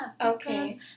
okay